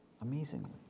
amazingly